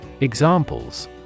Examples